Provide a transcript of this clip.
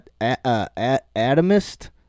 atomist